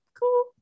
cool